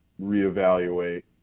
reevaluate